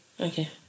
Okay